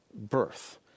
birth